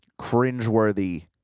cringeworthy